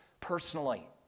personally